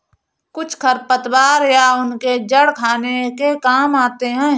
कुछ खरपतवार या उनके जड़ खाने के काम आते हैं